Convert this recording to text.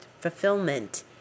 fulfillment